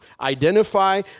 Identify